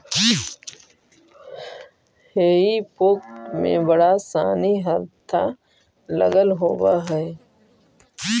हेई फोक में बड़ा सानि हत्था लगल होवऽ हई